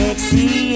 Sexy